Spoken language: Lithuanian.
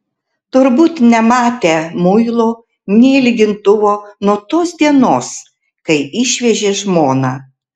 turbūt nematę muilo nė lygintuvo nuo tos dienos kai išvežė žmoną